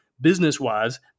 business-wise